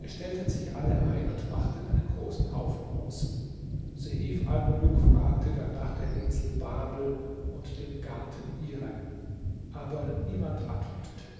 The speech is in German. es stellten sich alle ein und machten einen großen haufen aus seif almuluk fragte dann nach der insel babel und dem garten irem aber niemand antwortete